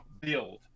build